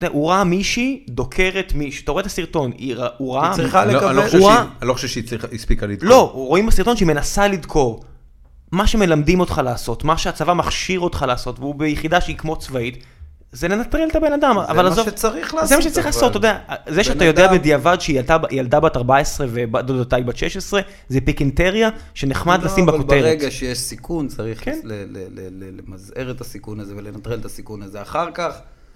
הוא ראה מישהי דוקרת מישהו. אתה רואה את הסרטון, הוא ראה... אני לא חושב שהיא הצליחה, שהיא הספיקה לדקור. לא, רואים בסרטון שהיא מנסה לדקור. מה שמלמדים אותך לעשות, מה שהצבא מכשיר אותך לעשות, והוא ביחידה שהיא כמו צבאית, זה לנטרל את הבן אדם. זה מה שצריך לעשות. זה מה שצריך לעשות, אתה יודע. זה שאתה יודע בדיעבד שהיא ילדה בת 14 ובת דודתה בת 16, זה פיקינטריה שנחמד לשים בכותרת. לא, ברגע שיש סיכון צריך למזהר את הסיכון הזה ולנטרל את הסיכון הזה. אחר כך...